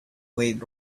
with